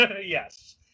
yes